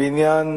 בעניין